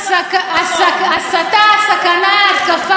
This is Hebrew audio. לא, עד כאן הייתה המחשבה הראשונית שלי.